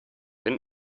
denn